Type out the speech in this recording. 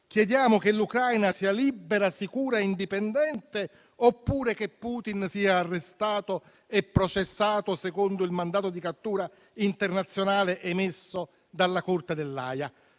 Chiediamo che l'Ucraina sia libera, sicura e indipendente oppure che Putin sia arrestato e processato secondo il mandato di cattura internazionale emesso dalla Corte dell'Aia?